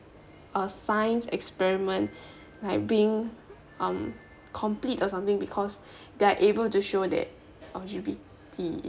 uh science experiment like being um complete or something because they are able to show that L_G_B_T